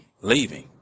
leaving